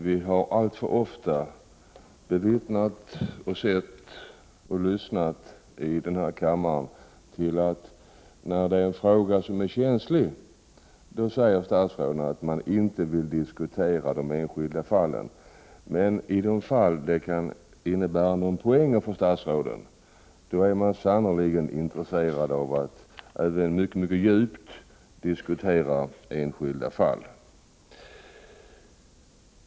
Vi har alltför ofta i denna kammare bevittnat, hur statsråd när det gäller en känslig fråga säger att de inte vill diskutera de enskilda fallen. Men när frågorna kan innebära poänger för statsråden är man sannerligen intresserad av att även mycket djupt diskutera enskilda fall.